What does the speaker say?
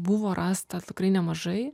buvo rasta tikrai nemažai